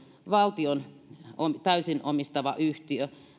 valtion täysin omistama yhtiö